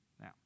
Now